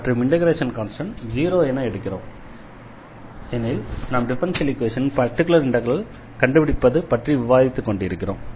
மற்றும் integration constant 0 என ஏன் எடுக்கிறோம் எனில் நாம் டிஃபரன்ஷியல் ஈக்வேஷனின் பர்டிகுலர் இண்டெக்ரலை கண்டுபிடிப்பது பற்றி விவாதித்து கொண்டிருக்கிறோம்